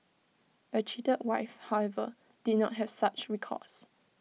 A cheated wife however did not have such recourse